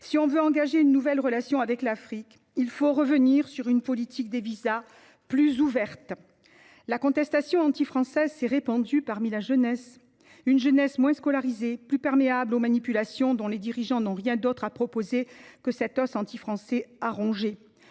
Si l’on veut engager une nouvelle relation avec l’Afrique, il faut revenir à une politique des visas plus ouverte. La contestation anti française s’est répandue parmi la jeunesse – une jeunesse moins scolarisée, plus perméable aux manipulations et à laquelle les dirigeants n’ont rien d’autre à proposer que cet os anti français à ronger.